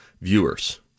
viewers